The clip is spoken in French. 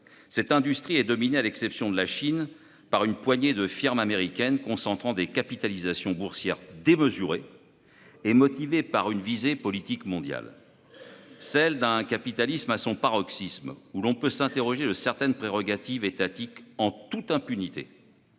Cette industrie est dominée, à l'exception de la Chine, par une poignée de firmes américaines concentrant des capitalisations boursières démesurées et motivées par une visée politique mondiale, celle d'un capitalisme à son paroxysme, où l'on peut s'arroger certaines prérogatives étatiques en toute impunité.